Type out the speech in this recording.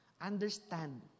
Understand